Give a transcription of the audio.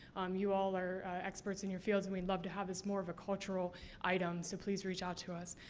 um you all are experts in your fields and we'd love to have as more of a cultural item. so, please reach out to us.